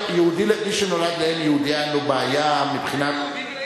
מי שנולד לאם יהודייה אין לו בעיה מבחינת,